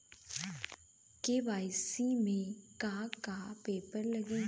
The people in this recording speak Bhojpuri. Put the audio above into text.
के.वाइ.सी में का का पेपर लगी?